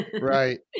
Right